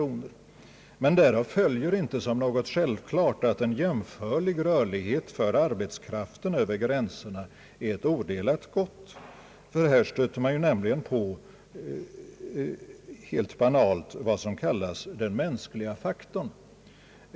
Men av detta följer inte som något självklart, att en jämförlig rörlighet för arbetskraften över gränserna är ett odelat gott — här stöter man nämligen på vad som helt banalt kallas den mänskliga faktorn.